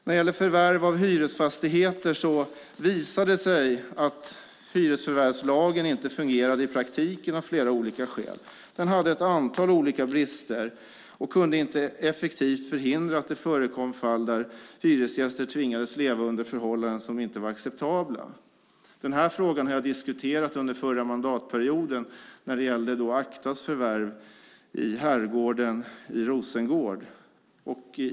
När det gäller förvärv av hyresfastigheter visade det sig att hyresförvärvslagen inte fungerade i praktiken av flera olika skäl. Den hade ett antal olika brister och kunde inte effektivt förhindra att det förekom fall där hyresgäster tvingades leva under förhållanden som inte var acceptabla. Den här frågan har jag diskuterat under förra mandatperioden när det gällde Actas förvärv i Herrgården i Rosengård.